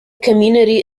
community